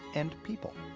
and people.